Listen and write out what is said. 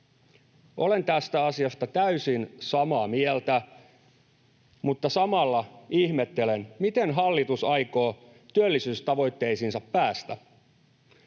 Olen tästä asiasta täysin samaa mieltä, mutta samalla ihmettelen, miten hallitus aikoo työllisyystavoitteisiinsa päästä.